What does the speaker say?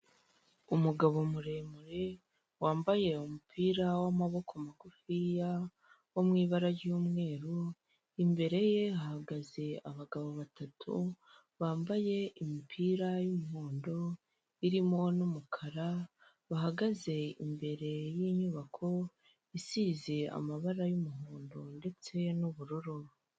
Umugabo muremure wambaye umupira w'amaboko magufiya wo mu ibara ry'umweru, imbere ye hahagaze abagabo batatu bambaye imipira y'umuhondo irimo n'umukara bahagaze imbere y'inyubako isize amabara y'umuhondo ndetse n'ubururu.